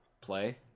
play